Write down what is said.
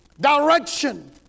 direction